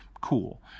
cool